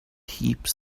heaps